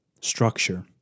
structure